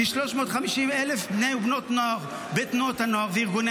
כי 350,000 בני ובנות נוער בתנועות הנוער וארגוני